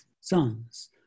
sons